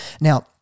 Now